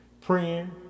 praying